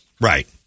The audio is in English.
Right